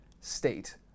state